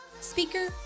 Speaker